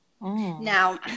Now